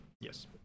Yes